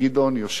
ערימה של ניירות,